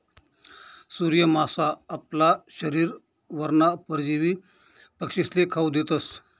सूर्य मासा आपला शरीरवरना परजीवी पक्षीस्ले खावू देतस